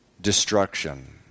destruction